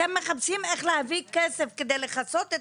אתם מחפשים איך להביא כסף כדי לכסות את